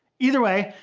either way,